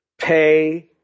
pay